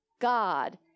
God